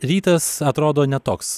rytas atrodo ne toks